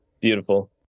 Beautiful